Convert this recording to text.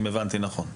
אם הבנתי נכון,